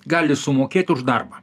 gali sumokėt už darbą